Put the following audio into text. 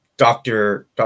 doctor